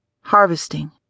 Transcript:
harvesting